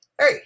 hey